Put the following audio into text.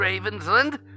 Ravensland